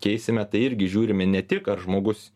keisime tai irgi žiūrime ne tik ar žmogus